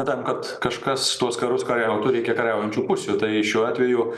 tam kad kažkas tuos karus kariautų reikia kariaujančių pusių tai šiuo atveju